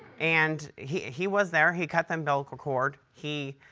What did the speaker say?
and he he was there. he cut the umbilical cord. he,